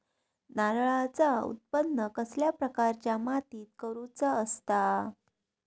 नारळाचा उत्त्पन कसल्या प्रकारच्या मातीत करूचा असता?